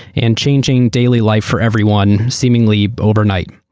and changing daily life for everyone seemingly overnight.